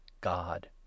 God